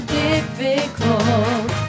difficult